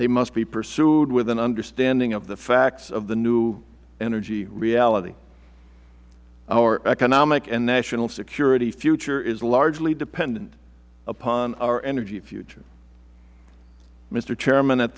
they must be pursued with an understanding of the facts of the new energy reality our economic and national security future is largely dependent upon our energy future mister chairman at